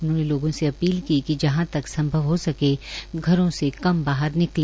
उन्होंने लोगों से अपील कि जहां तक हो सके घरों से कम बाहर निकले